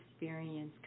experience